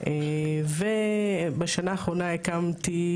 ובשנה האחרונה הקמתי,